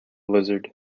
lizard